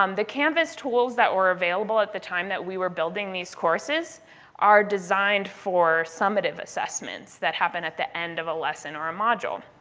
um the canvas tools that were available at the time that we were building these courses are designed for summative assessments that happen at the end of a lesson or a module.